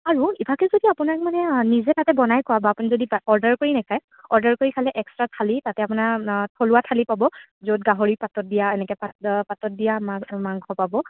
আৰু ইভাগে যদি আপোনাক মানে নিজে তাতে বনাই খোৱা বা আপুনি যদি অৰ্ডাৰ কৰি নাখায় অৰ্ডাৰ কৰি খালে এক্সট্ৰা থালি তাতে আপোনাৰ থলুৱা থালি পাব য'ত গাহৰি পাতত দিয়া এনেকৈ পাতত দিয়া মাছ মাংস পাব